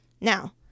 Now